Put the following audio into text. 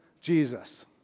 Jesus